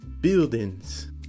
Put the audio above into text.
Buildings